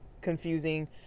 confusing